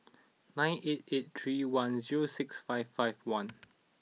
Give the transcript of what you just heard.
nine eight eight three one zero six five five one